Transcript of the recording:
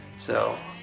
so,